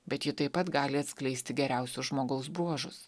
bet ji taip pat gali atskleisti geriausius žmogaus bruožus